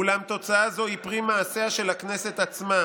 אולם תוצאה זו היא פרי מעשיה של הכנסת עצמה.